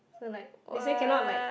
so like they say cannot like